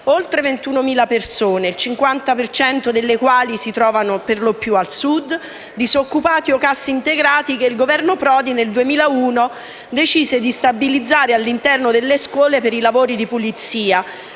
oltre 21.000 persone, il 50 per cento delle quali si trovano nelle Regioni del Sud, disoccupati o cassintegrati che il Governo Prodi nel 2001 decise di stabilizzare all'interno delle scuole per i lavori di pulizia,